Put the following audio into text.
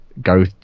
go